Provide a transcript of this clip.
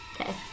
Okay